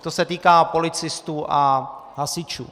To se týká policistů a hasičů.